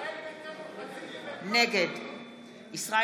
נגד ישראל